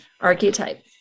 archetype